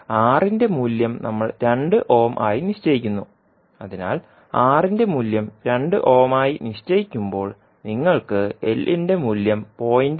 Rന്റെ മൂല്യം നമ്മൾ 2 ഓം ആയി നിശ്ചയിക്കുന്നു അതിനാൽ Rന്റെ മൂല്യം 2 ഓം ആയി നിശ്ചയിക്കുമ്പോൾ നിങ്ങൾക്ക് Lന്റെ മൂല്യം 0